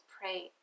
pray